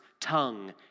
tongue